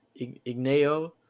Igneo